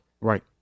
Right